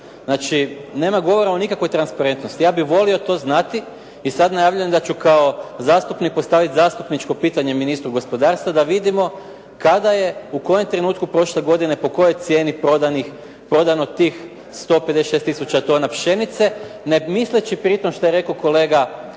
Znači nema govora o nikakvoj transparentnosti. Ja bih volio to znati i sada najavljujem da ću kao zastupnik ostaviti postaviti zastupničko pitanje ministru gospodarstva da vidimo kada je u kojem trenutku prošle godine, po kojoj cijeni prodano tih 156 tisuća tona pšenice, ne misleći pri tome što je rekao kolega Filipović